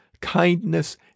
kindness